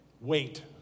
Wait